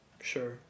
Sure